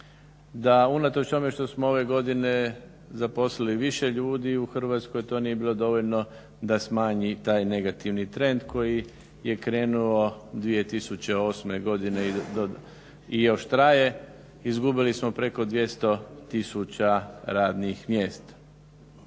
da unatoč tome što smo ove godine zaposlili više ljudi u Hrvatskoj to nije bilo dovoljno da smanji taj negativni trend koji je krenuo 2008. godine i još, traje, izgubili smo preko 200 tisuća radnih mjesta.